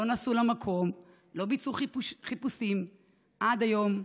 לא נסעו למקום, לא ביצעו חיפושים עד היום,